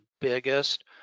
biggest